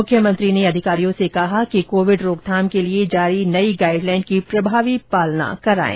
मुख्यमंत्री ने अधिकारियों से कहा कि कोविड रोकथाम के लिए जारी नई गाइड लाइन की प्रभावी पालना करायें